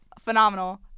Phenomenal